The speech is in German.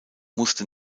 musste